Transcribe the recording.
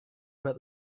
about